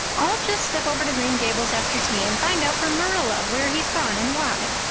i'll just step over to green gables after tea and find out from marilla where he's gone and why,